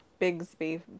Bigsby